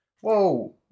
Whoa